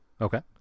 Okay